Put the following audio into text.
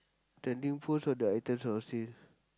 trending post or the item on sale